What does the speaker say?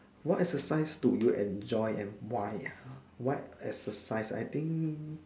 what exercise do you enjoy and why ah what exercise I think